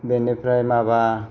बेनिफ्राय माबा